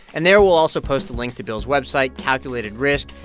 and there we'll also post a link to bill's website, calculated risk.